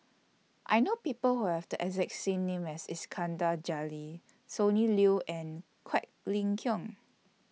I know People Who Have The exact same name as Iskandar Jalil Sonny Liew and Quek Ling Kiong